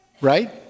Right